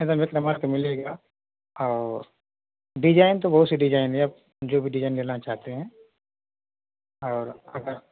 number तो मिलेगा और डिजाइन तो बहुत सी डिजाइन है अब जो भी डिजाइन लेना चाहते हैं और